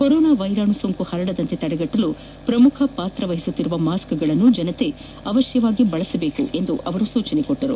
corona ವೈರಾಣು ಹರಡದಂತೆ ತಡೆಗಟ್ಟಲು ಪ್ರಮುಖ ಪಾತ್ರ ವಹಿಸುತ್ತಿರುವ ಮಾಸ್ಕೆಗಳನ್ನು ಜನತೆ ಕಡ್ಡಾಯವಾಗಿ ಬಳಸಬೇಕು ಎಂದರು